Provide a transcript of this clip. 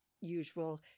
usual